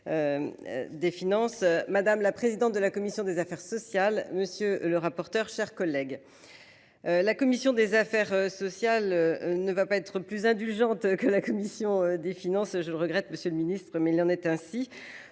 Madame la présidente de la commission des affaires sociales. Monsieur le rapporteur, chers collègues. La commission des affaires sociales ne va pas être plus indulgente que la commission des finances, je le regrette monsieur le Ministre, mais il en est ainsi.